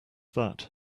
that